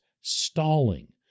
stalling